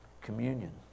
Communion